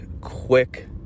quick